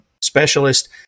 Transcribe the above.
specialist